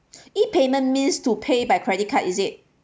E payment means to pay by credit card is it